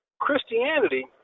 Christianity